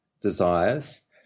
desires